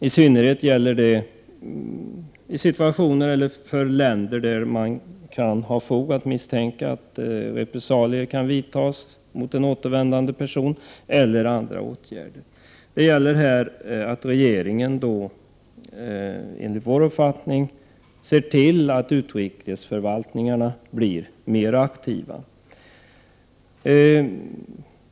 I synnerhet är det viktigt när det gäller länder där det finns anledning att tro att repressalier eller andra åtgärder kan vidtas mot en återvändande person. Enligt vår åsikt bör regeringen se till att utrikesförvaltningarna blir mer aktiva.